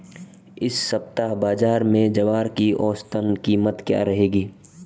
इस सप्ताह बाज़ार में ज्वार की औसतन कीमत क्या रहेगी?